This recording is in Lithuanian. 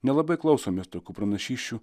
nelabai klausomės tokių pranašysčių